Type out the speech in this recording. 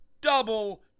double